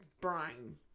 Brine